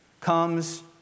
comes